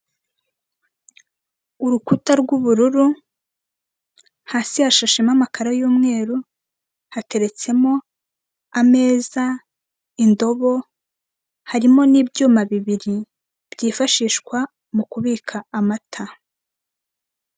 Urukuta rw'ubururu hasi hasashemo amakaro y'umweru hateretsemo amaze, indobo, harimo n'ibyuma bibiri byifashishwa mukubika amata.